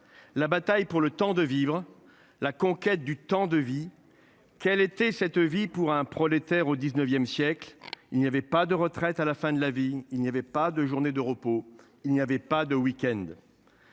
La bataille pour le temps de vivre. La conquête du temps de vie. Quelle était cette vie pour un prolétaire au 19ème siècle il n'y avait pas de retraite à la fin de la vie, il n'y avait pas de journée de repos. Il n'y avait pas de week-end.